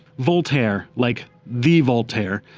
voltaire, like the voltaire,